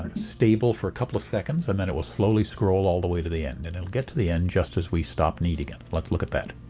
stable for a couple of seconds, and then it will slowly scroll all the way to the end. and it will get to the end just as we stop needing it. let's look at that.